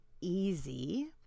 easy